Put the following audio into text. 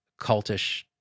cultish